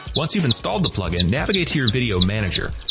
once you've installed the plugin navigate to your video manager.